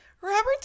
Robert